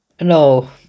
No